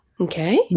Okay